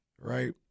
Right